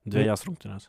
dvejas rungtynes